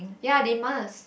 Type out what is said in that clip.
ya they must